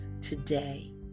Today